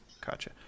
Gotcha